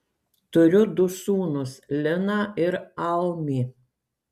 turiu du sūnus liną ir almį